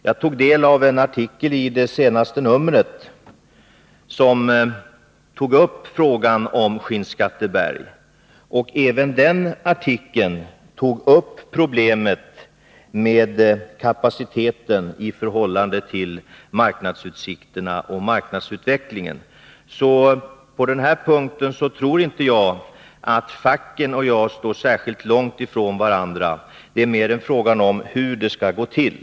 Jag läste en artikel i det senaste numret, som tog upp frågan om Skinnskatteberg. Även den artikeln tog upp problemet med kapaciteten i förhållande till marknadsutsikterna och marknadsutvecklingen. På den här punkten:.tror inte jag att facken och jag står särskilt långt ifrån varandra. Det är mer en fråga om hur det skall gå till.